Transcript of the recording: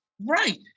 Right